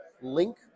link